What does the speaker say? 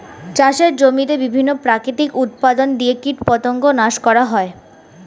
চাষের জমিতে বিভিন্ন প্রাকৃতিক উপাদান দিয়ে কীটপতঙ্গ নাশ করা হয়